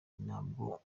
nawo